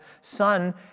son